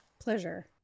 pleasure